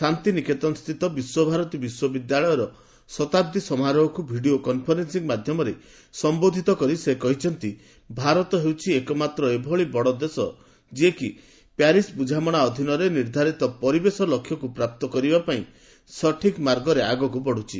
ଶାନ୍ତିନିକେତନସ୍ଥିତ ବିଶ୍ୱଭାରତୀ ବିଶ୍ୱବିଦ୍ୟାଳୟର ଶତାବ୍ଦୀ ସମାରୋହକୁ ଭିଡ଼ିଓ କନ୍ଫରେନ୍ସିଂ କରିଆରେ ସମ୍ପୋଧିତ କରି ସେ କହିଛନ୍ତି ଭାରତ ହେଉଛି ଏକମାତ୍ର ଏଭଳି ବଡ଼ ଦେଶ ଯିଏକି ପ୍ୟାରିସ୍ ବୁଝାମଣା ଅଧୀନରେ ନିର୍ଦ୍ଧାରିତ ପରିବେଶ ଲକ୍ଷ୍ୟକ୍ ପ୍ରାପ୍ତ କରିବାପାଇଁ ସଠିକ୍ ମାର୍ଗରେ ଆଗକୁ ବଢୁଛି